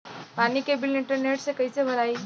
पानी के bill internet से कइसे भराई?